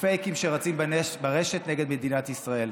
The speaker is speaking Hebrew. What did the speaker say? פייקים שרצים ברשת נגד מדינת ישראל.